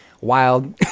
wild